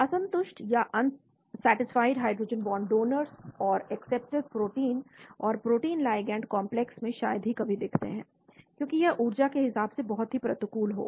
असंतुष्ट या unsatisfied hydrogen bond donors और एक्सेप्टर प्रोटीन और प्रोटीन लिगैंड कॉम्प्लेक्स में शायद ही कभी दिखते हैं क्योंकि यह ऊर्जा के हिसाब से बहुत ही प्रतिकूल होगा